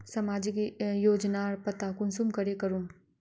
सामाजिक योजनार पता कुंसम करे करूम?